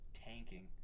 tanking